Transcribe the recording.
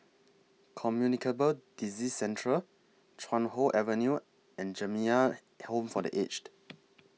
Communicable Disease Centreal Chuan Hoe Avenue and Jamiyah Home For The Aged